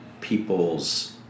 people's